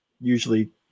usually